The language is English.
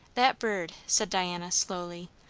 that bird, said diana slowly,